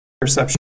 perception